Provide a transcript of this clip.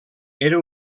era